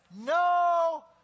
no